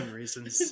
reasons